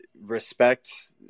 respect